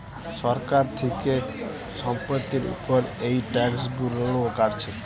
সরকার থিকে সম্পত্তির উপর এই ট্যাক্স গুলো কাটছে